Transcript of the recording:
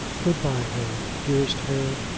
good-by, harry dearest harry!